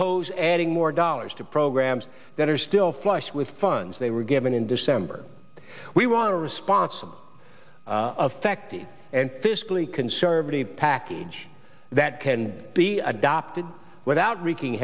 oppose adding more dollars to programs that are still flush with funds they were given in december we want a responsible affected and fiscally conservative package that can be adopted without wreaking